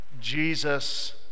Jesus